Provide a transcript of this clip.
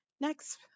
Next